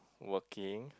working